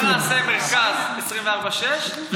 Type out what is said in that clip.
בוא נעשה מרכז 24/6,